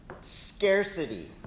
Scarcity